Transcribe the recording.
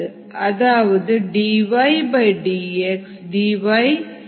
அதாவது dvdx dvdy என